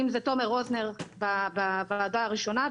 אם זה תומר רוזנר בוועדה הראשונה,